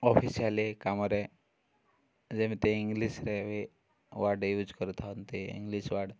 officially କାମରେ ଯେମିତି ଇଂଲିଶରେ ବି ୱାର୍ଡ଼ ୟୁଜ୍ କରିଥାନ୍ତି ଇଂଲିଶ ୱାର୍ଡ଼